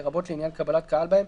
לרבות לעניין קבלת קהל בהם,